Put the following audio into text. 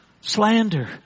Slander